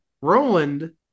Roland